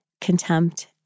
contempt